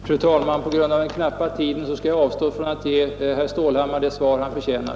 Fru talman! På grund av den knappa tiden skall jag avstå ifrån att ge herr Stålhammar det svar han förtjänar.